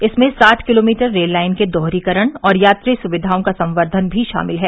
इसमें साठ kilometre rail line के दोहरीकरण और यात्री सुविधाओं का संवर्षन भी शामिल है